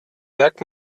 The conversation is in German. merkt